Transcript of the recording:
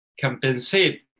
compensate